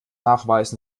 nachweisen